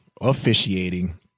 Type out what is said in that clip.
officiating